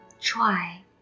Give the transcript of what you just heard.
Try